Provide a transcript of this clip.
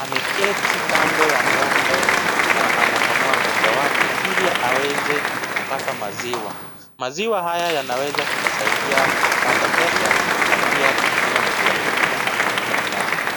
ameketi kando ya ng'ombe na anakamua ng'ombe wake ili aweze kupata maziwa. Maziwa haya yanaweza kumsaidia kupata pesa na pia kutumia maziwa mengine kama chakula nyumbani.